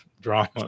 drama